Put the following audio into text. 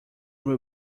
will